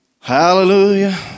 Hallelujah